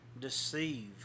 deceive